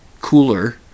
cooler